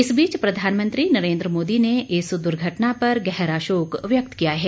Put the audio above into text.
इस बीच प्रधानमंत्री नरेन्द्र मोदी ने इस दुर्घटना पर गहरा शोक व्यक्त किया है